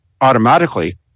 automatically